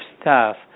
staff